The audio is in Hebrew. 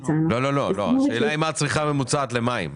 לא, מה הצריכה הממוצעת למים?